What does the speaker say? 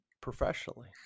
professionally